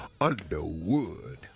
Underwood